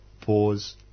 pause